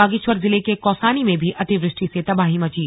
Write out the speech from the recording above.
बागेश्वर जिले के कौसानी में भी अतिवृष्टि से तबाही मची